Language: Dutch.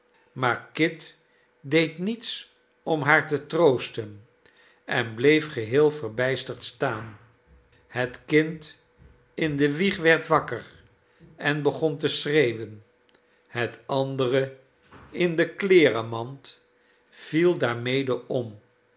maar kit deed niets om haar te troosten en bleef geheel verbijsterd staan het kind in de wieg werd wakker en begon te schreeuwen het andere in de kleerenmand viel daarmede om